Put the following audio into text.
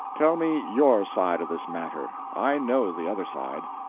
tell me your side of this matter i know the other side.